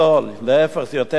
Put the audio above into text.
להיפך, זה יותר יקר.